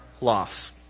loss